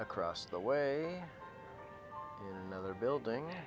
across the way the other building